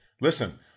Listen